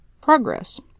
progress